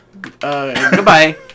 goodbye